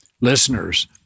listeners